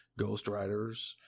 ghostwriters